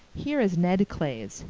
here is ned clay's,